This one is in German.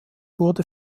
wurde